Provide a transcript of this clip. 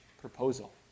proposal